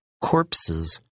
corpses